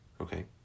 Okay